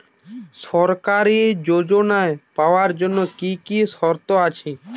সরকারী যোজনা পাওয়ার জন্য কি কি শর্ত আছে?